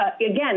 again